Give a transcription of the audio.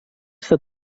està